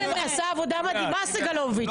סגלוביץ',